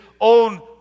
own